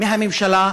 מהממשלה,